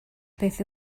beth